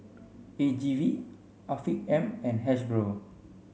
A G V Afiq M and Hasbro